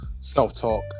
self-talk